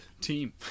team